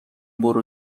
برو